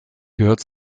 gehört